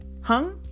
hung